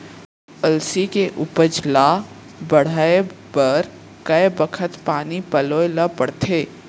अलसी के उपज ला बढ़ए बर कय बखत पानी पलोय ल पड़थे?